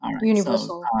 Universal